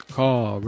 call